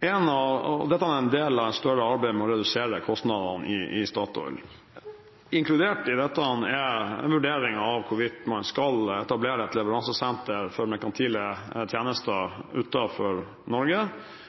Dette er en del av et større arbeid med å redusere kostnadene i Statoil. Inkludert i dette er en vurdering av hvorvidt man skal etablere et leveransesenter for